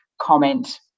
comment